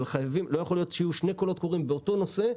אבל לא יכול להיות שיהיו שני קולות קוראים באותו נושא,